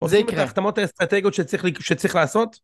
עושים את ההחתמות האסטרטגיות שצריך לעשות.